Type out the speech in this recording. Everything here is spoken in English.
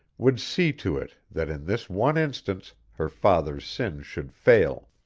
would see to it that in this one instance her father's sin should fail!